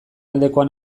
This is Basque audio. aldekoa